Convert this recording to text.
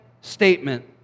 statement